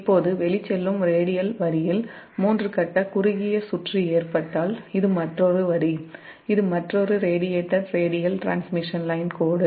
இப்போதுவெளிச்செல்லும் radial வரியில் மூன்று கட்ட குறுகிய சுற்று ஏற்பட்டால் ரேடியேட்டர் ரேடியல் டிரான்ஸ்மிஷன் கோடு